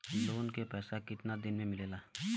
Loan के पैसा कितना दिन मे मिलेला?